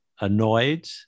annoyed